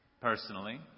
personally